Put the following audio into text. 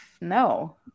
no